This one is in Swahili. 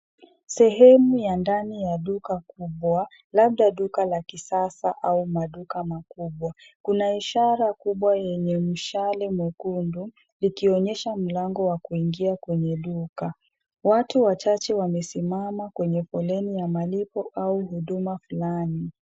Sehemu ya ndani ya duka kubwa labda duka la kisasa au maduka makubwa. Kuna ishara kubwa yenye mshale mwekundu likionyesha mlango wa kuingia kwenye duka. Watu wachache wamesimama kwenye foleni ya malipo au huduma fulani.